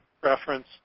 preference